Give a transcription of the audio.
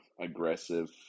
aggressive